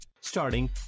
Starting